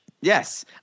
Yes